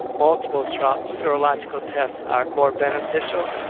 multiple serological tests are more beneficial.